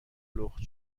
لخت